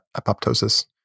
Apoptosis